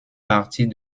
partis